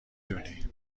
دونی